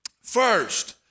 First